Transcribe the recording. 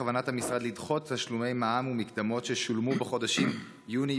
2. האם בכוונת המשרד לדחות תשלומי מע"מ ומקדמות ששולמו בחודשים יוני,